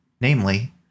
namely